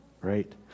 right